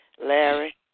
Larry